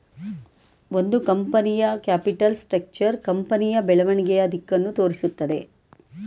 ಒಂದು ಕಂಪನಿಯ capital structure ಕಂಪನಿಯ ಬೆಳವಣಿಗೆಯ ದಿಕ್ಕನ್ನು ತೋರಿಸುತ್ತದೆ